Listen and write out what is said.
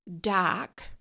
dark